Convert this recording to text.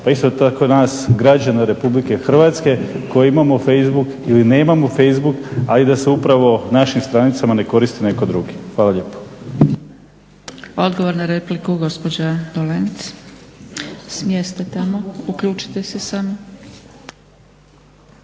pa isto tak nas građane RH koji imamo facebook ili nemamo facebook a i da se upravno našim stranicama ne koristi netko drugi. Hvala lijepa. **Zgrebec, Dragica (SDP)** Odgovor na repliku, gospođa Dolenc. S mjesta samo, uključite se tamo.